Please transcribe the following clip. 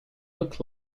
look